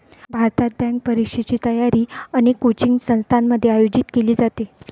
भारतात, बँक परीक्षेची तयारी अनेक कोचिंग संस्थांमध्ये आयोजित केली जाते